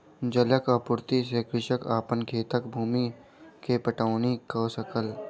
जलक आपूर्ति से कृषक अपन खेतक भूमि के पटौनी कअ सकल